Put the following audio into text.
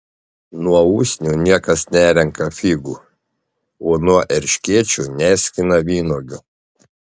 nuo usnių niekas nerenka figų o nuo erškėčių neskina vynuogių